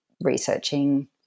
researching